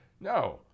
No